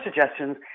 suggestions